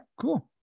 cool